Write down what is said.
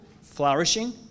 flourishing